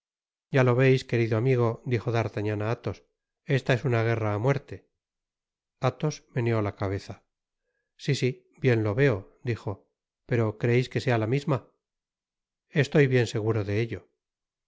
ya lo veis querido amigo dijo d'artagnan á athos esta es una guerra á muerte athos meneó la cabeza si si bien lo veo dijo pero creeis que sea la misma estoy bien segur de j elloi a